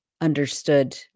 understood